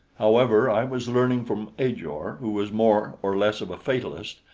however, i was learning from ajor, who was more or less of a fatalist,